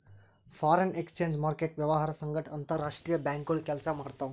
foreign exchange market ವ್ಯವಹಾರ್ ಸಂಗಟ್ ಅಂತರ್ ರಾಷ್ತ್ರೀಯ ಬ್ಯಾಂಕ್ಗೋಳು ಕೆಲ್ಸ ಮಾಡ್ತಾವ್